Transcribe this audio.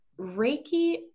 Reiki